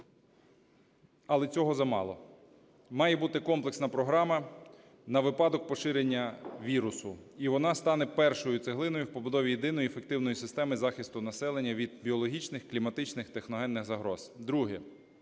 Але цього замало. Має бути комплексна програма на випадок поширення вірусу, і вона стане першою цеглиною в побудові єдиної ефективної системи захисту населення від біологічних, кліматичних, техногенних загроз. Друге.